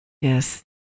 Yes